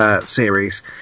series